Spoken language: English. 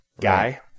guy